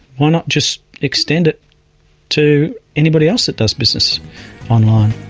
why not just extend it to anybody else that does business online?